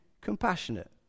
compassionate